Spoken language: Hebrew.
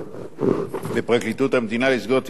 בפרקליטות המדינה, לסגור תיקים פליליים בהסדר.